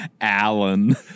Allen